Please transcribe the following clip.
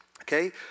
okay